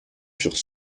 furent